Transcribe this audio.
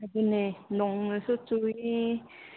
ꯑꯗꯨꯅꯦ ꯅꯣꯡꯁꯨ ꯆꯨꯏ